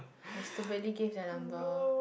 I stupidly give their number